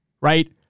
Right